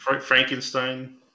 Frankenstein